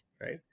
right